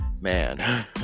man